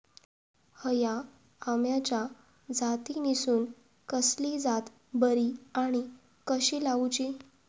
हया आम्याच्या जातीनिसून कसली जात बरी आनी कशी लाऊची?